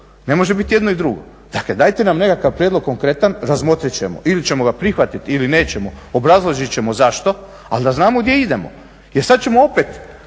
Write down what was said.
Ne može biti jedno i drugo. Dakle, dajte nam nekakav prijedlog konkretan, razmotriti ćemo ili ćemo ga prihvatiti ili nećemo, obrazložiti ćemo zašto ali da znamo gdje idemo. Jer sada ćemo opet